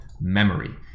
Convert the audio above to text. memory